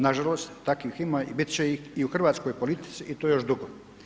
Nažalost, takvih ima i bit će ih i u hrvatskoj politici i to još dugo.